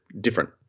different